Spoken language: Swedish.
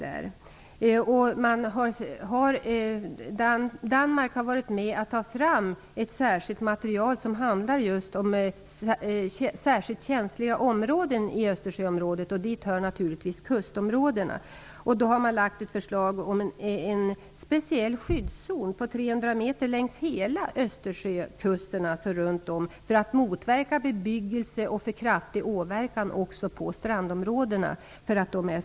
Danmark har varit med om att ta fram särskilt material som just handlar om särskilt känsliga områden i Östersjöområdet. Dit hör naturligtvis kustområdena. Man har lagt fram ett förslag om en speciell skyddszon på trehundra meter längs hela Östersjökusten för att motverka bebyggelse och för kraftig åverkan på strandområdena.